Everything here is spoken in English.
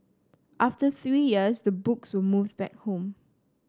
after three years the books removes back home